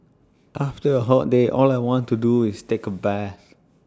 after A hot day all I want to do is take A bath